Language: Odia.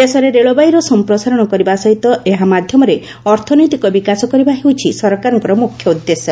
ଦେଶରେ ରେଳବାଇର ସମ୍ପ୍ରସାରଣ କରିବା ସହିତ ଏହା ମାଧ୍ୟମରେ ଅର୍ଥନୈତିକ ବିକାଶ କରିବା ହେଉଛି ସରକାରଙ୍କ ମୁଖ୍ୟ ଉଦ୍ଦେଶ୍ୟ